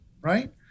right